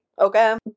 Okay